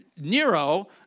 Nero